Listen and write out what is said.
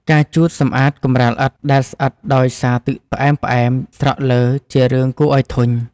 ការជូតសម្អាតកម្រាលឥដ្ឋដែលស្អិតដោយសារទឹកផ្អែមៗស្រក់លើ ជារឿងគួរឱ្យធុញ។